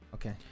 okay